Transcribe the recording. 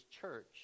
church